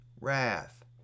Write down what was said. Wrath